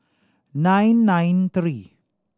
nine nine three